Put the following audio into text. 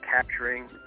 capturing